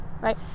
right